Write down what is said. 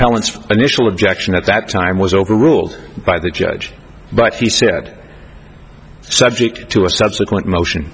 appellant's initial objection at that time was overruled by the judge but he said subject to a subsequent motion